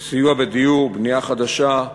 סיוע בדיור, בנייה חדשה,